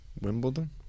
Wimbledon